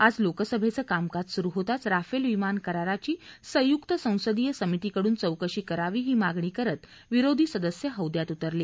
आज लोकसभेचं कामकाज सुरु होताच राफेल विमान कराराची संयुक्त संसदीय समितीकडून चौकशी करावी ही मागणी करत विरोधी सदस्य हौद्यात उतरले